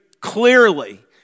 clearly